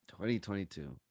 2022